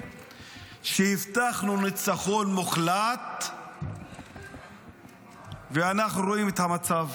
שהבטחנו ניצחון מוחלט ואנחנו רואים את המצב,